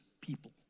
people